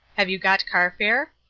have you got car-fare?